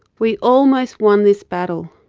we almost won this battle.